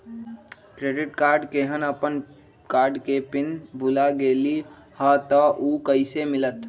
Credit card केहन अपन card के पिन भुला गेलि ह त उ कईसे मिलत?